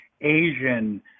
Asian